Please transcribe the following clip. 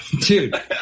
Dude